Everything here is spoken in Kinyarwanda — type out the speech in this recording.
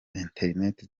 internet